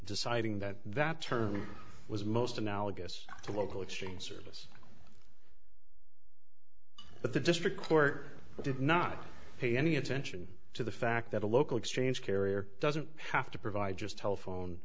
deciding that that term was most analogous to local exchange service but the district court did not pay any attention to the fact that a local exchange carrier doesn't have to provide just telephone